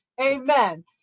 Amen